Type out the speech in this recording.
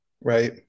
right